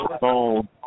phone